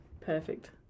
Perfect